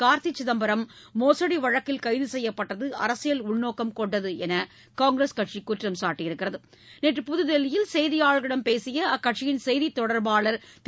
கார்த்தி சிதம்பரம் மோசடி வழக்கில் கைது செய்யப்பட்டது அரசியல் உள்நோக்கம் கொண்டது என்று காங்கிரஸ் கட்சி குற்றம் சாட்டியுள்ளது நேற்று புதுதில்லியில் செய்தியாளர்களிடம் பேசிய அக்கட்சியின் செய்தித் தொடர்பாளர் திரு